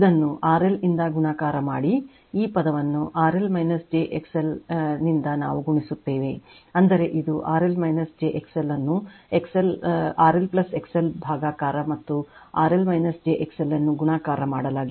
ಇದನ್ನು RL ಇಂದ ಗುಣಾಕಾರ ಮಾಡಿ ಈ ಪದ ವನ್ನು RL j XL ನಾವು ಗುಣಿಸು ತ್ತೇವೆ ಅಂದರೆ ಇದು RL j XL ಅನ್ನು RL XLಭಾಗಕಾರ ಮತ್ತುRL j XL ಅನ್ನು ಗುಣಾಕಾರ ಮಾಡಲಾಗಿದೆ